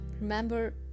remember